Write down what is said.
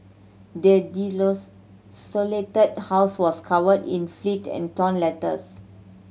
the house was covered in fleet and torn letters